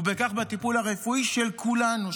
ובכך בטיפול הרפואי של כולנו,